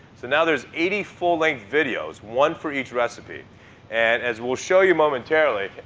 so now there's eighty full-length videos, one for each recipe. and as we'll show you momentarily